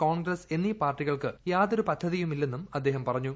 കോൺഗ്രസ് എന്നീ പാർട്ടികൾക്ക് യാതൊരു പദ്ധതിയുമില്ലെന്നും അദ്ദേഹം പറഞ്ഞു